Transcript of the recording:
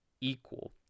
equal